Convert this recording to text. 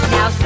Now